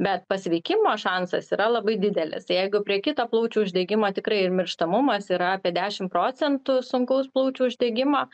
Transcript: bet pasveikimo šansas yra labai didelis jeigu prie kito plaučių uždegimo tikrai mirštamumas yra apie dešimt procentų sunkaus plaučių uždegimo